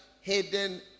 hidden